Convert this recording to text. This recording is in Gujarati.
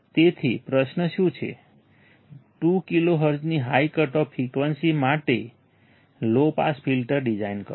તેથી પ્રશ્ન શું છે 2 કિલોહર્ટ્ઝની હાઈ કટ ઓફ ફ્રિકવન્સી માટે લો પાસ ફિલ્ટર ડિઝાઇન કરો